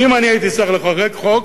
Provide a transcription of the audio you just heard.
ואם אני הייתי צריך לחוקק חוק,